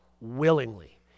willingly